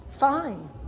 Fine